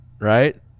right